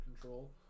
control